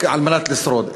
על מנת לשרוד,